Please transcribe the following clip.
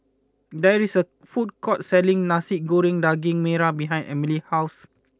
there is a food court selling Nasi Goreng Daging Merah behind Emilie's house